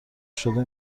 شده